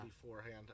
beforehand